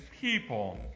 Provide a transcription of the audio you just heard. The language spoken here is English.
people